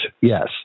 yes